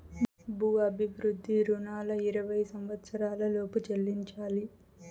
భూ అభివృద్ధి రుణాలు ఇరవై సంవచ్చరాల లోపు చెల్లించాలి